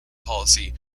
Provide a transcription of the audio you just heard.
policy